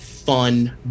fun